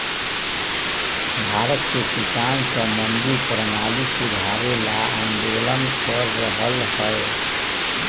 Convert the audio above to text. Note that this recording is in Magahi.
भारत के किसान स मंडी परणाली सुधारे ल आंदोलन कर रहल हए